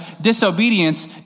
disobedience